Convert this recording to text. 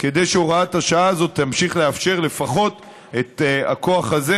כדי שהוראת השעה הזאת תמשיך לאפשר לפחות את הכוח הזה,